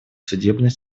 судебной